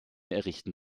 errichten